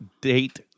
date